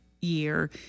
year